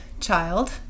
child